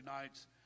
nights